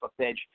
page